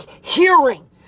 hearing